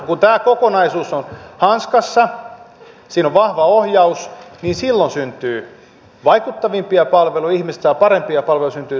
kun tämä kokonaisuus on hanskassa siinä on vahva ohjaus niin silloin syntyy vaikuttavampia palveluja ihmiset saavat parempia palveluja ja syntyy säästöjä